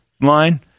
line